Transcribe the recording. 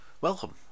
welcome